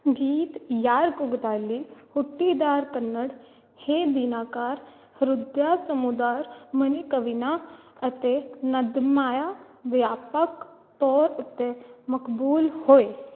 ਗੀਤ ਯਾਰ ਕੂਗਦਾਲੀ ਹੁੱਟੀਦਾਰ ਕੰਨੜ ਹੇ ਦਿਨਾਕਾਰ ਹ੍ਰਦਯਾ ਸਮੁਦਰ ਮਣੀਕਵੀਨਾ ਅਤੇ ਨਾਦਮਾਇਆ ਵਿਆਪਕ ਤੌਰ ਉੱਤੇ ਮਕਬੂਲ ਹੋਏ